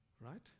Right